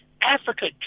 Africa